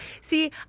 See